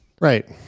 Right